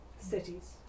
cities